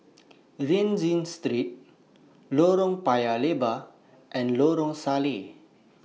Rienzi Street Lorong Paya Lebar and Lorong Salleh